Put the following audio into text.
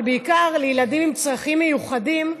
אבל בעיקר לילדים עם צרכים מיוחדים,